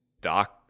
doc